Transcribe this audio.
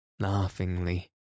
Laughingly